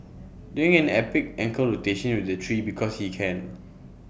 doing an epic ankle rotation with the tree because he can